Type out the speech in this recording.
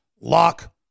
lock